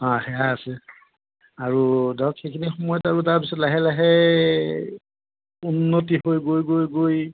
অঁ সেয়া আছে আৰু ধৰক সেইখিনি সময়ত আৰু তাৰপাছত লাহে লাহে উন্নতি হৈ গৈ গৈ গৈ